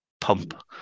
pump